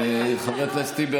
חבר הכנסת טיבי,